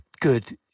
good